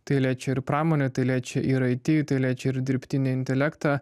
tai liečia ir pramonę tai liečia ir it tai liečia ir dirbtinį intelektą